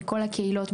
מכל הקהילות,